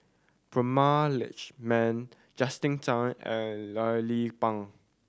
Prema Letchumanan Justin Zhuang and Loh Lik Peng